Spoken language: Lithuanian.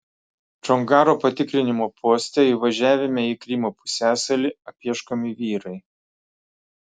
čongaro patikrinimo poste įvažiavime į krymo pusiasalį apieškomi vyrai